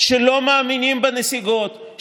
שלא מאמינים בנסיגות,